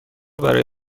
برای